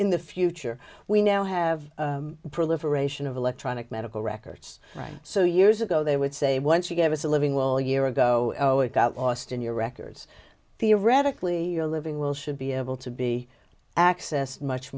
in the future we now have proliferation of electronic medical records right so years ago they would say once you give us a living well year ago it got lost in your records theoretically your living will should be able to be accessed much